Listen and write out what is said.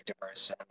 diverse